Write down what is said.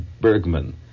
Bergman